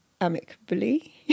amicably